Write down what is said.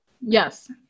yes